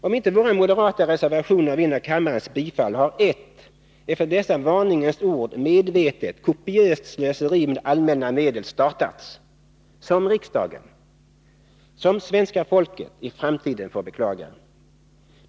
Om inte våra moderata reservationer vinner kammarens bifall har ett, efter dessa varningens ord, medvetet kopiöst slöseri med allmänna medel startats, som riksdagen och svenska folket i framtiden får beklaga.